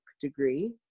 degree